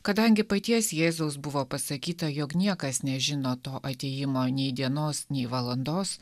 kadangi paties jėzaus buvo pasakyta jog niekas nežino to atėjimo nei dienos nei valandos